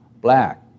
black